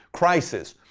crisis.